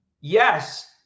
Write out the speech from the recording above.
Yes